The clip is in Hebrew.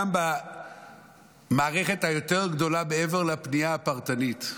גם במערכת היותר-גדולה, מעבר לפנייה הפרטנית.